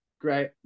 Great